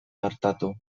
gertatu